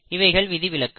இவைகள் விதிவிலக்கு